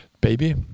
baby